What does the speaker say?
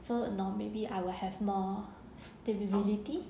so now maybe I will have more stability